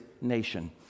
nation